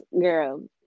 girl